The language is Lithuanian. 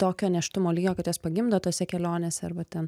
tokio nėštumo lygio kad juos pagimdo tose kelionėse arba ten